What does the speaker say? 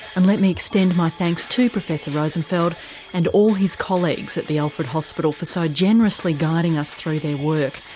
and let me extend my thanks to professor rosenfeld and all his colleagues at the alfred hospital for so generously guiding us through their work.